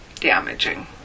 Damaging